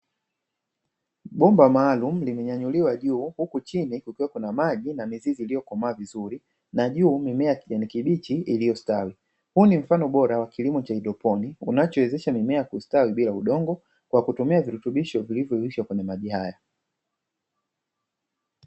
Bomba maalumu limenyanyuliwa juu huku chini kukiwa kuna maji na mizizi iliyokomaa vizuri na juu mimea ya kijani kibichi iliyostawi. Huu ni mfano bora wa kilimo cha haidroponi, unachowezesha mimea kustawi bila udongo, kwa kutumia virutubisho vilivyoyeyushwa kwenye maji haya.